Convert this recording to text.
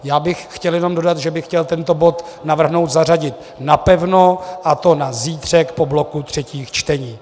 Já bych chtěl jenom dodat, že bych chtěl tento bod navrhnout zařadit napevno, a to na zítřek po bloku třetích čtení.